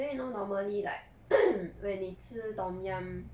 then you know normally like when 你吃 tom yum